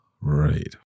Right